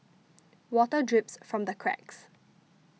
water drips from the cracks